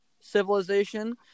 civilization